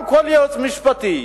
גם כל יועץ משפטי,